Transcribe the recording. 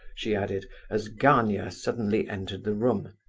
she added, as gania suddenly entered the room,